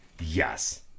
Yes